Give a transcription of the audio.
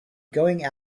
going